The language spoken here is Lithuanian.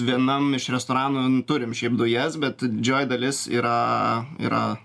vienam iš restoranį turim šiaip dujas bet džioji dalis yra yra